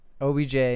OBJ